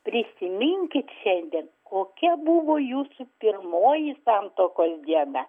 prisiminkit šiandien kokia buvo jūsų pirmoji santuokos diena